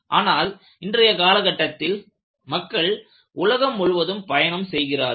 ஆனால் இன்றைய கால கட்டத்தில் மக்கள் உலகம் முழுவதும் பயணம் செய்கிறார்கள்